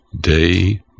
day